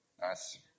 Nice